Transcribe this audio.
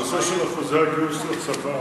הנושא של אחוזי הגיוס לצבא